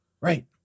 Right